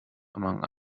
among